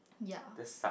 ya